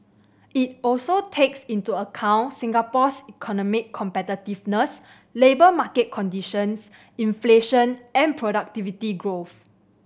it also takes into account Singapore's economic competitiveness labour market conditions inflation and productivity growth